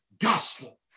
gospel